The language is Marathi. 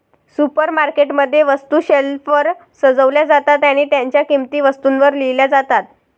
सुपरमार्केट मध्ये, वस्तू शेल्फवर सजवल्या जातात आणि त्यांच्या किंमती वस्तूंवर लिहिल्या जातात